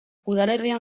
udalerrian